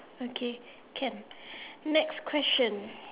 okay can next question